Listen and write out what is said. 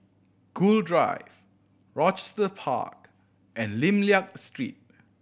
Gul Drive Rochester Park and Lim Liak Street